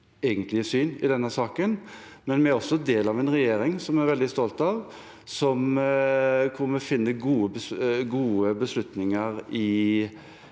egentlige syn i denne saken, men vi er også del av en regjering som vi er veldig stolte av, hvor vi finner gode beslutninger